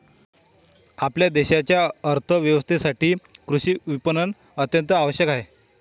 आपल्या देशाच्या अर्थ व्यवस्थेसाठी कृषी विपणन अत्यंत आवश्यक आहे